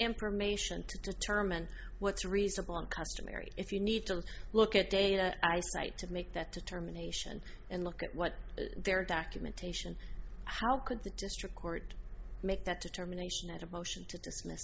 information to determine what's reasonable and customary if you need to look at data eyesight to make that determination and look at what they're attacked imitation how could the district court make that determination that a motion to